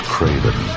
Craven